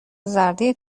زرده